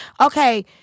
Okay